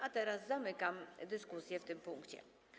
A teraz zamykam dyskusję w tym punkcie.